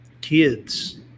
kids